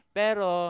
pero